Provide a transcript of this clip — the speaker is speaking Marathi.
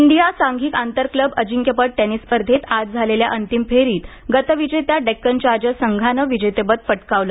इंडिया सांघिक आंतरक्लब अजिंक्यपद टेनिस स्पर्धेत आज झालेल्या अंतिम फेरीत गतविजेत्या डेक्कन चार्जेस संघानं विजेतेपद पटकावलं